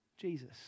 Jesus